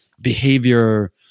behavior